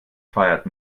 feiert